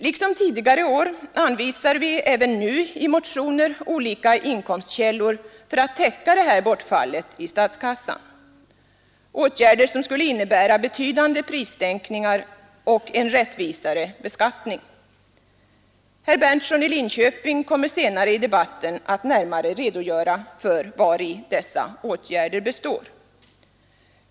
Liksom tidigare år anvisar vi även nu i motioner olika inkomstkällor för att täcka det här bortfallet i statskassan, åtgärder som skulle innebära betydande prissänkningar och en rättvisare beskattning. Herr Berndtson i Linköping kommer senare i debatten att närmare redogöra för vari dessa åtgärder består.